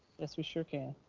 yes, we sure can.